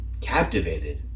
captivated